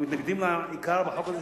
אנחנו מתנגדים לעיקר בחוק הזה,